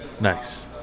Nice